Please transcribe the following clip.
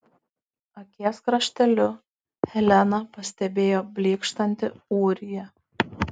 akies krašteliu helena pastebėjo blykštantį ūriją